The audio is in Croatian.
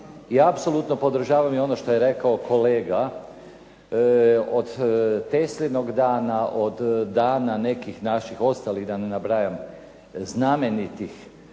i apsolutno podržavam ono što rekao kolega od Teslinog dana od dana nekih ostalih da ne nabrajam znamenitih